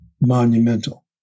monumental